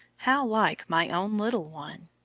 how like my own little one!